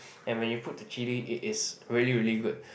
and when you put the chili it is really really good